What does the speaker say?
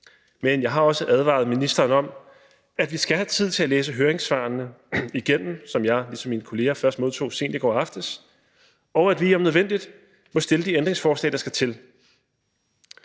men jeg har også advaret ministeren om, at vi skal have tid til at læse høringssvarene igennem, som jeg ligesom min kollega først modtog sent i går aftes, og at vi om nødvendigt må stille de ændringsforslag, der skal til.